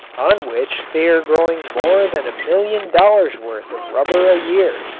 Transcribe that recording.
on which they are growing more than a million dollars' worth of rubber a year.